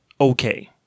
okay